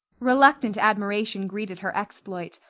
reluctant admiration greeted her exploit,